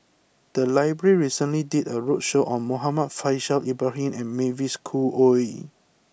the library recently did a roadshow on Muhammad Faishal Ibrahim and Mavis Khoo Oei